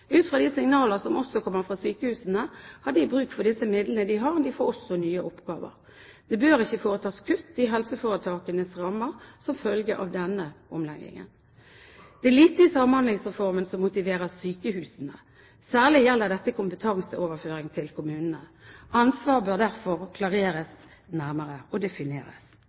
Ut fra de signaler som også kommer fra sykehusene, har de bruk for de midlene de har, og de får også nye oppgaver. Det bør ikke foretas kutt i helseforetakenes rammer som følge av denne omleggingen. Det er lite i Samhandlingsreformen som motiverer sykehusene. Særlig gjelder dette kompetanseoverføring til kommunene. Ansvaret bør derfor klareres nærmere og defineres.